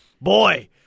boy